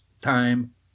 time